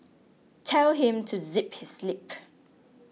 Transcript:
tell him to zip his lip